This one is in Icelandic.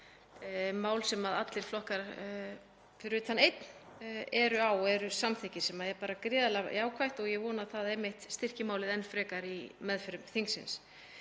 mál sem allir flokkar, fyrir utan einn, eru á, eru samþykkir, sem er gríðarlega jákvætt og ég vona að það styrki málið enn frekar í meðförum þingsins.